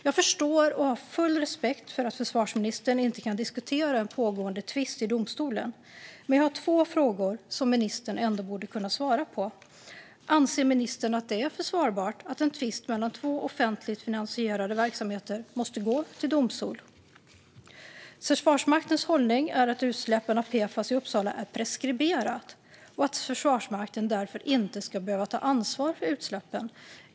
Jag förstår och har full respekt för att försvarsministern inte kan diskutera en pågående tvist i domstolen. Men jag har två frågor som ministern ändå borde kunna svara på. Anser ministern att det är försvarbart att en tvist mellan två offentligt finansierade verksamheter måste gå till domstol? Försvarsmaktens hållning är att utsläppen av PFAS i Uppsala är preskriberade och att Försvarsmakten därför inte ska behöva ta ansvar för utsläppen.